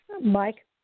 Mike